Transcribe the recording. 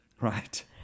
right